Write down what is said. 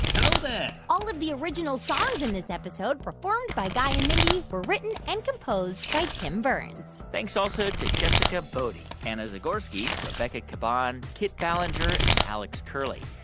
hello there all of the original songs in this episode performed by guy and mindy were written and composed by tim burns thanks also to jessica boddy, anna zagorski, rebecca caban, kit ballenger and alex curley.